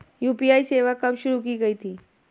UPI सेवा कब शुरू की गई थी?